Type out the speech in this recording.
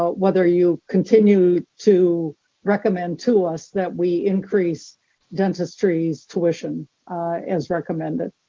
whether you continue to recommend to us that we increase dentistry's tuition as recommended?